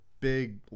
big